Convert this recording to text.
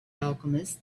alchemist